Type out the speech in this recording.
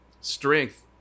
strength